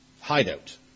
Hideout